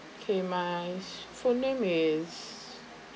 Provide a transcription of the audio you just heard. okay my full name is